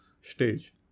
stage